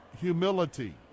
humility